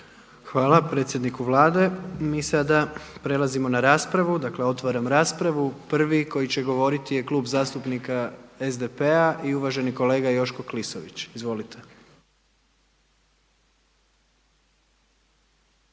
Hvala predsjedniku Vlade. Mi sada prelazimo na raspravu. Dakle otvaram raspravu. Prvi koji će govoriti je Klub zastupnika SDP-a i uvaženi zastupnik Joško Klisović. Izvolite.